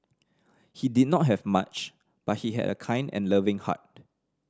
he did not have much but he had a kind and loving heart